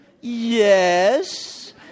Yes